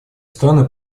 страны